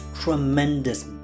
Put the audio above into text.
tremendous